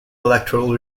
electrical